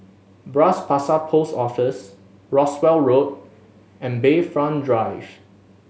Bras Basah Post Office Rowell Road and Bayfront Drive